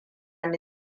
ni